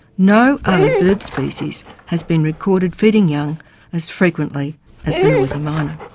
no other bird species has been recorded feeding young as frequently as the noisy miner.